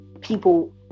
people